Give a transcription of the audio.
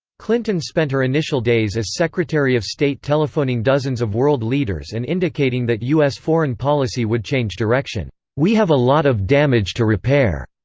clinton spent her initial days as secretary of state telephoning dozens of world leaders and indicating that u s. foreign policy would change direction we have a lot of damage to repair.